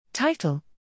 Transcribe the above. Title